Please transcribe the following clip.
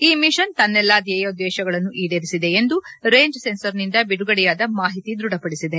ಈ ಮಿಷನ್ ತನ್ನೆಲ್ಲಾ ಧ್ಯೇಯೋದ್ದೇಶಗಳನ್ನು ಈಡೇರಿಸಿದೆ ಎಂದು ರೇಂಜ್ ಸೆನ್ಸರ್ನಿಂದ ಬಿಡುಗಡೆಯಾದ ಮಾಹಿತಿ ದೃಢಪಡಿಸಿದೆ